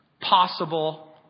possible